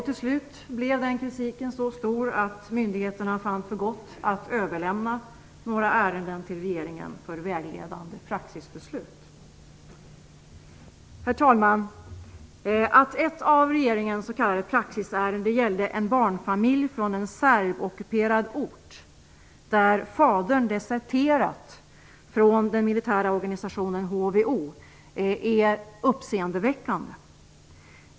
Till slut blev kritiken så stor att myndigheterna fann för gott att överlämna några ärenden till regeringen för vägledande praxisbeslut. Herr talman! Att ett av regeringens s.k. praxisärenden gällde en barnfamilj från en serbockuperad ort där fadern deserterat från den militära organisationen HVO är uppseendeväckande.